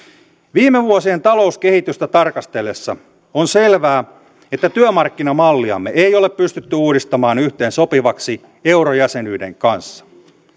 viime vuosien talouskehitystä tarkastellessa on selvää että työmarkkinamalliamme ei ole pystytty uudistamaan yhteensopivaksi eurojäsenyyden kanssa